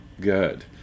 good